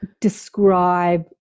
describe